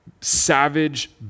savage